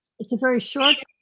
it's a very short